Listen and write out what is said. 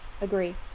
Agree